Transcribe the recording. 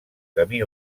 camí